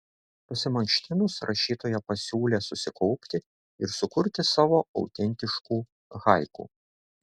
pasimankštinus rašytoja pasiūlė susikaupti ir sukurti savo autentiškų haiku